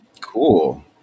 Cool